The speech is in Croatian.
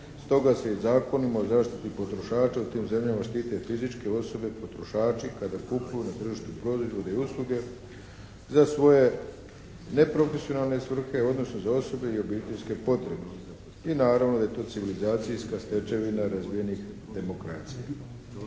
stoga se i Zakonima o zaštiti potrošača u tim zemljama štite i fizičke osobe, potrošači kada kupuju na tržištu proizvode i usluge za svoje neprofesionalne svrhe odnosno za osobe i obiteljske potrebe i naravno da je tu civilizacijska stečevina razvijenih demokracija.